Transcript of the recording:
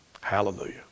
hallelujah